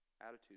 attitude